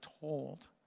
told